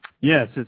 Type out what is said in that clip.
Yes